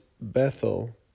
Bethel